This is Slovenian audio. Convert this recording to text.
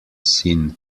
sin